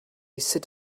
sit